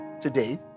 today